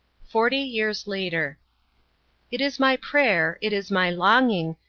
forty years later it is my prayer, it is my longing,